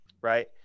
Right